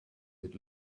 mit